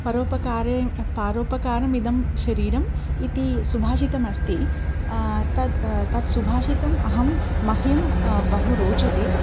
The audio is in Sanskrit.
परोपकारेण पारोपकारमिदं शरीरम् इति सुभाषितमस्ति तत् तत् सुभाषितम् अहं मह्यं बहु रोचते